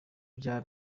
bya